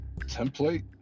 Template